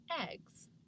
eggs